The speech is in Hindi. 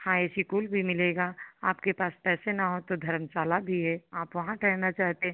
हाँ एसी कूल भी मिलेगा आपके पास पैसे न हो तो धर्मशाला भी है आप वहाँ ठहरना चाहते